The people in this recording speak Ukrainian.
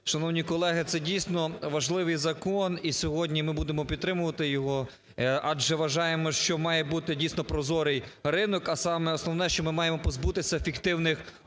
Шановні колеги, це дійсно важливий закон і сьогодні ми будемо підтримувати його. Адже вважаємо, що має бути дійсно прозорий ринок, а саме основне, що ми маємо позбутися фіктивних платежів